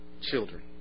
children